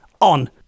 on